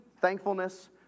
thankfulness